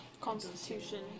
Constitution